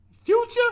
Future